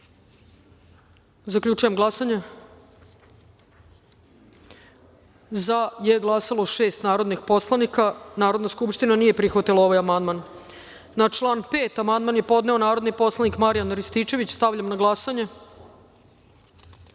amandman. Zaključujem glasanje: za je glasalo šest narodnih poslanika. Narodna skupština nije prihvatila ovaj amandman. Na član 5. amandman je podneo narodni poslanik Marijan Rističević. Stavljam na glasanje